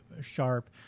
sharp